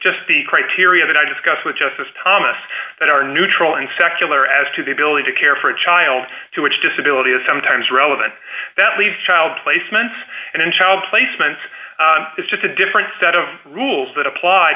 just the criteria that i discuss with justice thomas that are neutral and secular as to the ability to care for a child to which disability is sometimes relevant that leaves child placements and in child placement it's just a different set of rules that appl